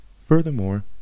Furthermore